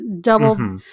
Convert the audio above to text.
Double